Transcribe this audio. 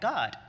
God